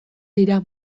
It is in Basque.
dira